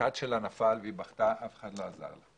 הכד נפל והיא בכתה ואף אחד לא עזר לה.